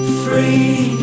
free